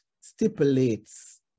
stipulates